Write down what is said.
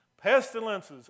pestilences